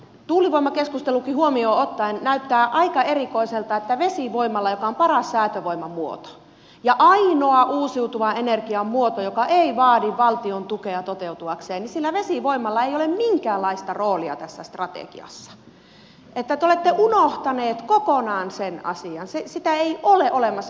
tuulivoimakeskustelunkin huomioon ottaen näyttää aika erikoiselta että vesivoimalla joka on paras säätövoiman muoto ja ainoa uusiutuvan energian muoto joka ei vaadi valtion tukea toteutuakseen ei ole minkäänlaista roolia tässä strategiassa että te olette unohtaneet kokonaan sen asian sitä ei ole olemassa